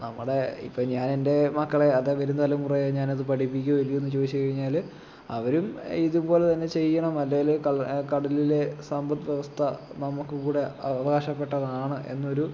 അപ്പം നമ്മുടെ ഞാനെൻ്റെ മക്കളെ അത് വരും തലമുറയെ ഞാനത് പഠിപ്പിക്കുയോ ഇല്ലയോ എന്ന് ചോദിച്ചുകഴിഞ്ഞാല് അവരും ഇതുപോലെ തന്നെ ചെയ്യണം അല്ലേല് കട കടലിലെ സമ്പത് വ്യവസ്ഥ നമുക്കും കൂടെ അവകാശപ്പെട്ടതാണ് എന്നൊരു